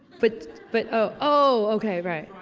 but, but, oh. ohh ok, right.